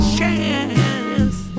chance